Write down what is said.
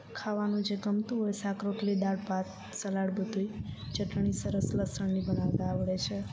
ખાવાનું જે ગમતું હોય શાક રોટલી દાળ ભાત સલાડ બધુંય ચટણી સરસ લસણની બનાવતા આવડે છે